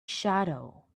shadow